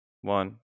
One